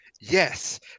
Yes